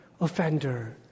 offender